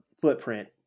footprint